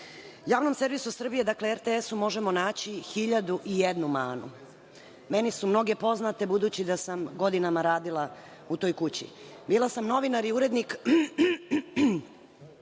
Javnom servisu Srbije, dakle RTS-u, možemo naći hiljadu i jednu manu. Meni su mnoge poznate, budući da sam godinama radila u toj kući. Bila sam novinar i urednik